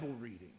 reading